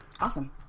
Awesome